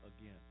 again